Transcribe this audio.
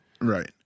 Right